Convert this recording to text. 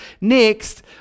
Next